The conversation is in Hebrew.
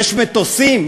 יש מטוסים?